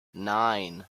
nine